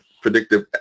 predictive